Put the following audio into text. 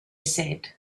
said